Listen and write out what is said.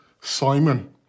Simon